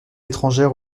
étrangère